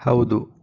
ಹೌದು